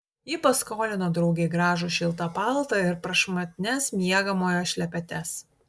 ji paskolino draugei gražų šiltą paltą ir prašmatnias miegamojo šlepetes